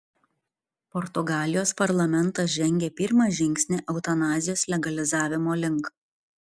portugalijos parlamentas žengė pirmą žingsnį eutanazijos legalizavimo link